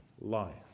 life